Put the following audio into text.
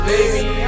Baby